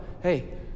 hey